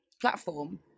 platform